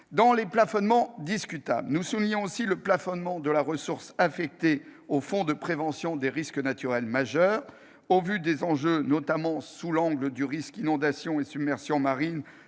Parmi les plafonnements discutables, nous dénonçons aussi le plafonnement de la ressource affectée au Fonds de prévention des risques naturels majeurs. Vu les enjeux, notamment le risque d'inondation et de submersion marine,